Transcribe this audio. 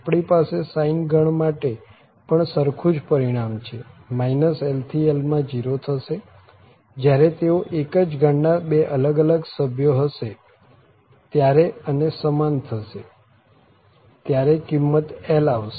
આપણી પાસે sine ગણ માટે પણ સરખું જ પરિણામ છે l થી l માં 0 થશે જયારે તેઓ એક જ ગણ ના બે અલગ અલગ સભ્યો હશે ત્યારે અને સમાન હશે ત્યારે કિંમત l આવશે